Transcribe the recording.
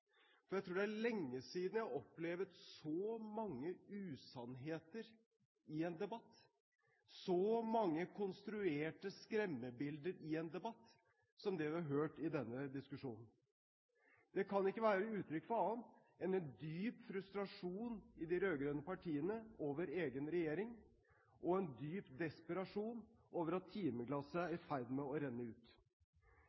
for jeg tror det er lenge siden jeg har opplevd så mange usannheter i en debatt, så mange konstruerte skremmebilder, som det vi har hørt i denne diskusjonen. Det kan ikke være uttrykk for annet enn en dyp frustrasjon i de rød-grønne partiene over egen regjering, og en dyp desperasjon over at timeglasset er